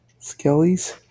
skellies